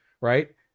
right